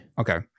Okay